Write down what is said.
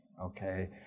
Okay